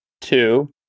two